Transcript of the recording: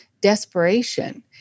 desperation